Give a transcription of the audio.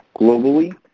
Globally